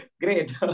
Great